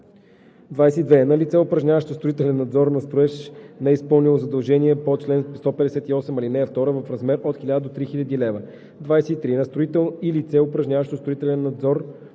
22. на лице, упражняващо строителен надзор на строеж, неизпълнило задължение по чл. 158, ал. 2 – в размер от 1000 до 3000 лв.; 23. на строител и лице, упражняващо строителен надзор